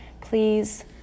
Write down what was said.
Please